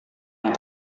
yang